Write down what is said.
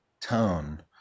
tone